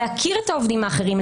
להכיר את העובדים האחרים,